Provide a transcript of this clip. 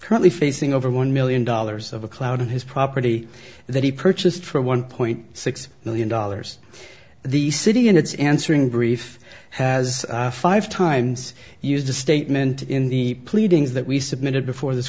currently facing over one million dollars of a cloud on his property that he purchased for one point six million dollars the city in its answering brief has five times used the statement in the pleadings that we submitted before this